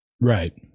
Right